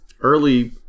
early